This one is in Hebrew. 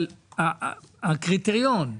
אבל הקריטריון.